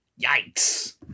Yikes